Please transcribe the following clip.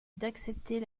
d’accepter